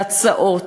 והצעות,